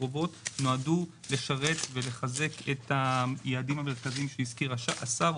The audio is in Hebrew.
הקרובות נועדו לשרת ולחזק את היעדים המרכזיים שהזכיר השר,